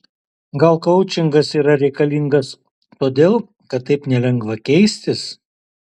gal koučingas yra reikalingas todėl kad taip nelengva keistis